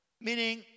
meaning